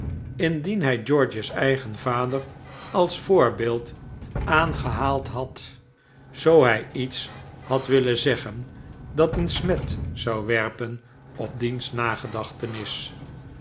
indien hij george's eigen vader als voorbeeld aangehaald had zoo hij iets had willen zeggen dat een smet zou werpen op diens nagedachtenis